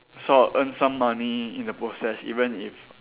so I'll earn some money in the process even if